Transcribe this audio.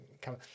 come